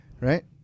Right